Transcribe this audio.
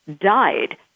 died